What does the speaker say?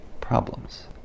problems